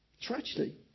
Tragedy